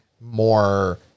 more